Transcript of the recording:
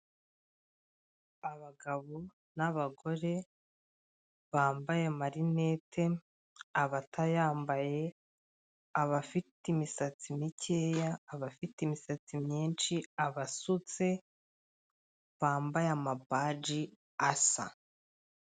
Abagabo n'abagore bambaye amarinete, abatayambaye, abafite imisatsi mikeya, abafite imisatsi myinshi, abasutse, bambaye amabaji asa.